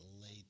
late